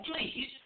please